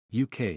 UK